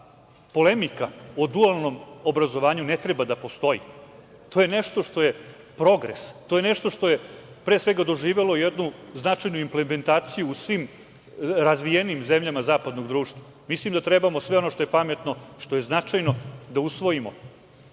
da polemika o dualnom obrazovanju ne treba da postoji. To je nešto što je progres. To je nešto što je doživelo jednu značajnu implementaciju u svim razvijenim zemljama zapadnog društva. Mislim da trebamo sve ono što je pametno, što je značajno da usvojimo.